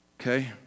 Okay